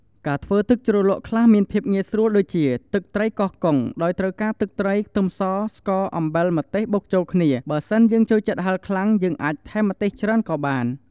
ការធ្វើទឹកជ្រលក់ខ្លះមានភាពងាយស្រួលដូចជា ទឹកត្រីកោះកុង ដោយត្រូវការទឹកត្រី ខ្ទឹមស ស្ករ អំបិល ម្ទេស បុកចូលគ្នា បើសិនយើងចូលចិត្តហិលខ្លាំង យើងអាចថែមម្ទេសច្រើនក៏បាន។